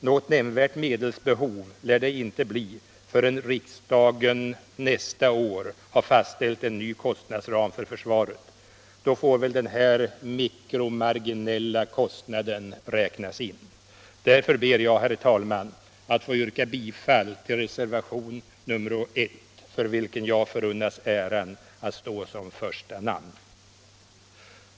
Något nämnvärt medelsbehov lär det inte bli förrän riksdagen nästa år har fastställt en ny kostnadsram för försvaret. Då får väl den här mikromarginella kostnaden räknas in. Därför ber jag, herr talman, att få yrka bifall till reservation nr 1, för vilken jag förunnats äran att stå som första namn.